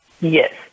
Yes